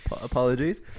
Apologies